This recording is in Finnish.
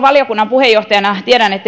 valiokunnan puheenjohtajana